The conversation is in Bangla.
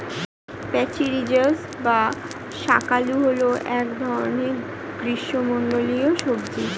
প্যাচিরিজাস বা শাঁকালু হল এক ধরনের গ্রীষ্মমণ্ডলীয় সবজি